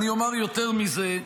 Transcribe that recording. אומר יותר מזה: